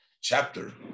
chapter